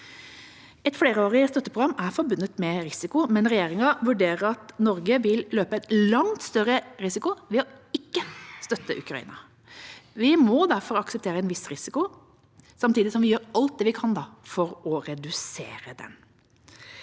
Et flerårig støtteprogram er forbundet med risiko, men regjeringa vurderer at Norge vil løpe en langt større risiko ved ikke å støtte Ukraina. Vi må derfor akseptere en viss risiko samtidig som vi gjør alt vi kan for å redusere den.